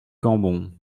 cambon